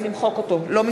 (קוראת בשם חבר הכנסת) יחיאל חיליק בר, אינו משתתף